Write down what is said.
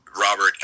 Robert